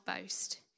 boast